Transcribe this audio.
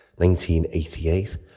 1988